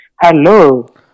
Hello